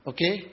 Okay